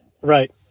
Right